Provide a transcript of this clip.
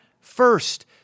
first